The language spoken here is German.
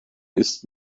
ist